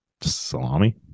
salami